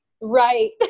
Right